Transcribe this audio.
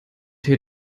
tee